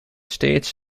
steeds